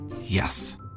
Yes